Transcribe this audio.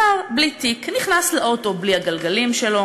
השר בלי תיק נכנס לאוטו בלי הגלגלים שלו